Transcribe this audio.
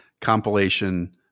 compilation